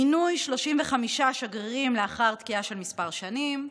מינוי 35 שגרירים לאחר תקיעה של כמה שנים,